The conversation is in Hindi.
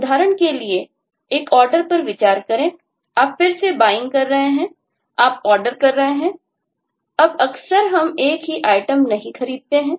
उदाहरण के लिए एक Order पर विचार करें आप फिर से buying कर रहे हैं आप order कर रहे हैं अब अक्सर हम एक ही Item नहीं खरीदते हैं